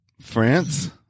France